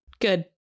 Good